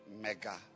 Mega